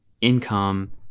income